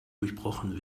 durchbrochen